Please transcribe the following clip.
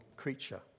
creature